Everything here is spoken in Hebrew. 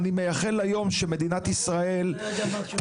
אני מייחל ליום שבו מדינת ישראל תדע